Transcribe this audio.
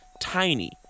tiny